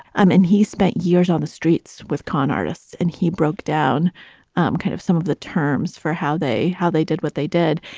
um and he spent years on the streets with con artists and he broke down kind of some of the terms for how they how they did what they did.